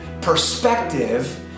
Perspective